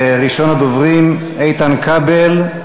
ראשון הדוברים, איתן כבל,